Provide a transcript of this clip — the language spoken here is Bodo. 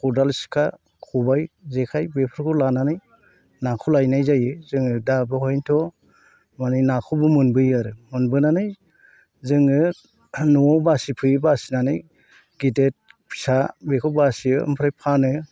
खदाल सिखा खबाइ जेखाय बेफोरखौ लानानै नाखौ लायनाय जायो जोङो दा बेवहायनोथ' माने नाखौबो मोनबोयो आरो मोनबोनानै जोङो न'आव बासिफैयो बासिनानै गेदेर फिसा बेखौ बासियो ओमफ्राय फानो